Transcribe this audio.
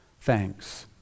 Thanks